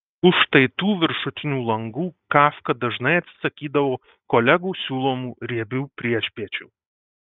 už štai tų viršutinių langų kafka dažnai atsisakydavo kolegų siūlomų riebių priešpiečių